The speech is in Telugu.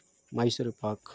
మైసూర్ పాక్